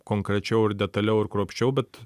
konkrečiau ir detaliau ir kruopščiau bet